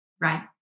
Right